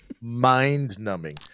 Mind-numbing